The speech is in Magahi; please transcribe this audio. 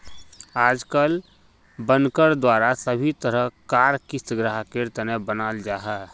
आजकल बनकर द्वारा सभी तरह कार क़िस्त ग्राहकेर तने बनाल जाहा